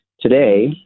Today